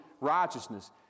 righteousness